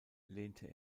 lehnte